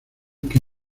que